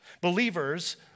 Believers